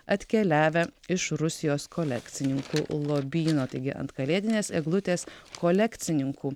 atkeliavę iš rusijos kolekcininkų lobyno taigi ant kalėdinės eglutės kolekcininkų